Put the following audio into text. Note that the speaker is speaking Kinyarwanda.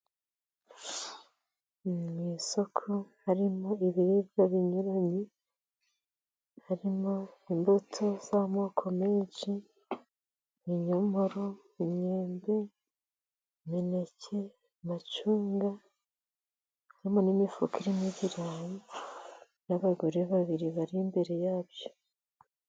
Mu isoko harimo ibiribwa binyuranye, harimo imbuto z'amoko menshi ibinyomoro, imyembe, imineke, amacunga harimo n'imifuka irimo ibirayi n'abagore babiri bari imbere yabyo.